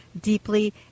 deeply